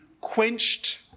quenched